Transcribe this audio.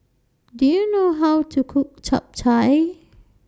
Do YOU know How to Cook Chap Chai